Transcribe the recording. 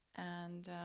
and,